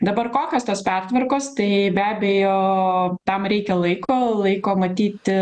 dabar kokios tos pertvarkos tai be abejo tam reikia laiko laiko matyti